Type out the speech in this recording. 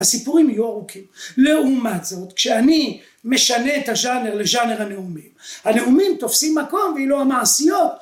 הסיפורים יהיו ארוכים, לעומת זאת, כשאני משנה את הז'אנר לז'אנר הנאומים, הנאומים תופסים מקום ואילו המעשיות